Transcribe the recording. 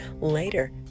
later